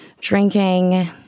drinking